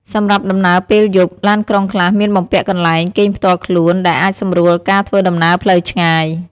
សម្រាប់ដំណើរពេលយប់ ឡានក្រុងខ្លះមានបំពាក់កន្លែងគេងផ្ទាល់ខ្លួនដែលអាចសម្រួលការធ្វើដំណើរផ្លូវឆ្ងាយ។